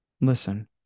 Listen